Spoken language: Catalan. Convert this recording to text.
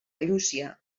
llúcia